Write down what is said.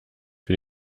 für